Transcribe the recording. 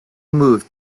moved